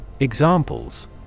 Examples